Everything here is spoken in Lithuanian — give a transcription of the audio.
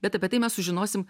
bet apie tai mes sužinosim